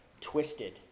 twisted